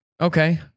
Okay